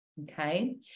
okay